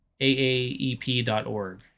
aaep.org